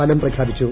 ഫലം പ്രഖ്യാപിച്ചു